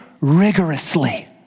rigorously